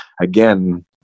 again